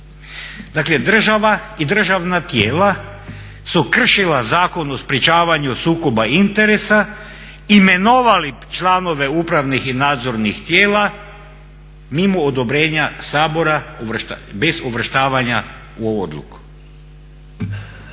Dakle, država i državna tijela su kršila Zakon o sprječavanju sukoba interesa, imenovali članove upravnih i nadzornih tijela mimo odobrenja Sabora bez uvrštavanja u ovu odluku.